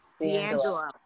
D'Angelo